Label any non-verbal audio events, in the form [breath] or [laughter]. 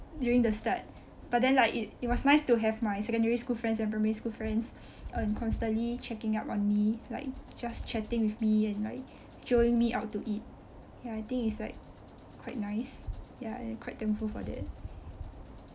during the start but then like it it was nice to have my secondary school friends and primary school friends [breath] um constantly checking up on me like just chatting with me and like jioing me out to eat and I think it's like quite nice ya I'm quite thankful for that